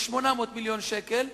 ב-800 מיליון שקל,